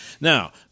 Now